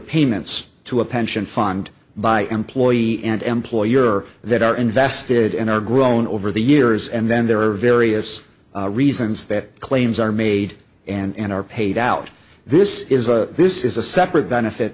payments to a pension fund by employee and employer that are invested and are grown over the years and then there are various reasons that claims are made and are paid out this is a this is a separate benefit